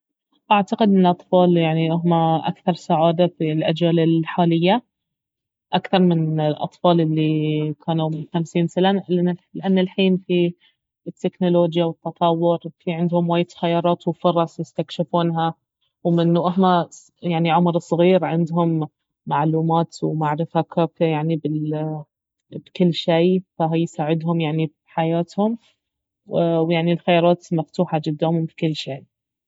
اعتقد انه الأطفال يعني اهما اكثر سعادة في الأجيال الحالية اكثر من الأطفال الي كانوا من خمسين سنة لان الحين في التكنولوجيا والتطور في عندهم وايد خيارات وفرص يستكشفونها ومن وهما يعني عمر صغير عندهم معلومات ومعرفة كافية يعني بكل شيء فهاي يساعدهم يعني في حياتهم والخيارات مفتوحة قدامهم في كل شيء